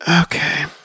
okay